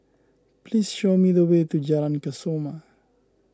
please show me the way to Jalan Kesoma